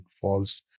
false